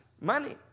money